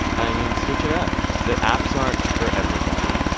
i mean, switch it up. the apps aren't for everybody.